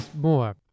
more